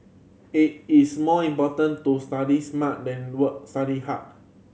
it is more important to study smart than work study hard